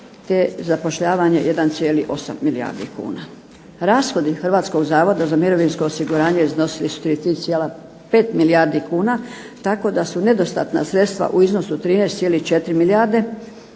te zapošljavanje 1,8 milijardi kuna. Rashodi Hrvatskog zavoda za mirovinsko osiguranje iznosili su 33,5 milijardi kuna tako da su nedostatna sredstva u iznosu 13,4 milijarde